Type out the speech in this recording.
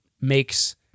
makes